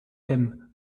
him